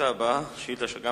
השאילתא הבאה היא שאילתא 36,